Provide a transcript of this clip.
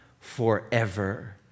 forever